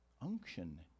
unction